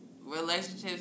relationships